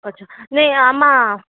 અચ્છા નહીં આમાં